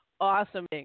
awesome